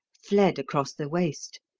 fled across the waste.